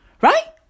right